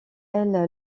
elle